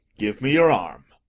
give me your arm.